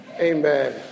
Amen